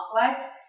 complex